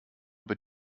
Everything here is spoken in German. über